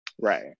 Right